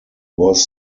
was